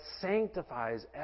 sanctifies